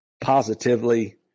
positively